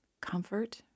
comfort